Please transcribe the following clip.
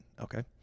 okay